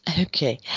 Okay